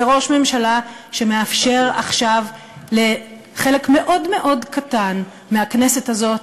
זה ראש ממשלה שמאפשר עכשיו לחלק מאוד מאוד קטן מהכנסת הזאת